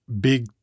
big